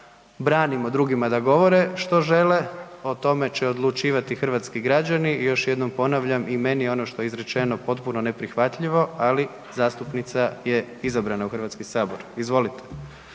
branimo drugima da govore što žele, o tome će odlučivati hrvatski građani. I još jednom ponavljam i meni je ono što je izrečeno potpuno neprihvatljivo, ali zastupnica je izabrana u Hrvatski sabor. Izvolite,